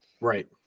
Right